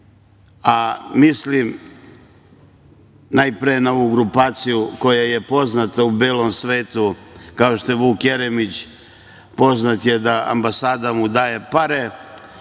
Srbiji. Mislim, najpre na ovu grupaciju koja je poznata u belom svetu, kao što je Vuk Jeremić, poznat jer ambasada mu daje pare,